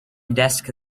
desk